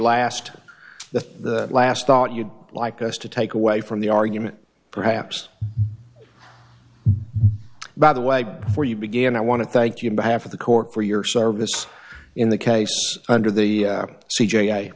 last the last thought you'd like us to take away from the argument perhaps by the way before you began i want to thank you behalf of the court for your service in the case under the